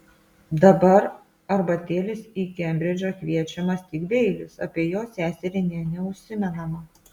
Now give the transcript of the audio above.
dabar arbatėlės į kembridžą kviečiamas tik beilis apie jo seserį nė neužsimenama